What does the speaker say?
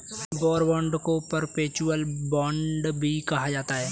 war bond को perpetual bond भी कहा जाता है